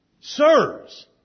sirs